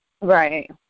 Right